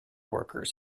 workers